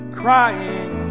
crying